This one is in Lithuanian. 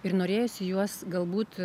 ir norėjosi juos galbūt